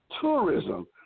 tourism